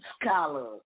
Scholar